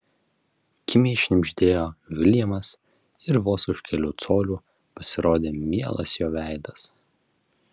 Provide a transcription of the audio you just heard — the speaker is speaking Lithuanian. kimiai šnibžtelėjo viljamas ir vos už kelių colių pasirodė mielas jo veidas